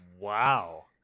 Wow